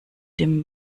dem